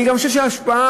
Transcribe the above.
אני חושב שההשפעה,